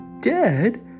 dead